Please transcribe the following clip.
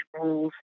rules